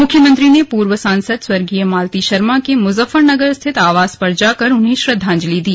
मुख्यमंत्री ने पूर्व सांसद स्वर्गीय मालती शर्मा के मुजफ्फरनगर स्थित आवास पर जाकर उन्हें श्रद्वांजलि दी